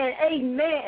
Amen